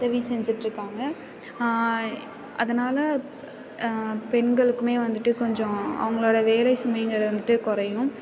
உதவி செஞ்சிட்டுருப்பாங்க அதனால் பெண்களுக்கும் வந்துட்டு கொஞ்சம் அவங்களோட வேலை சுமைங்கள் வந்துட்டு குறையும்